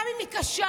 גם אם היא קשה,